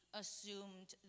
assumed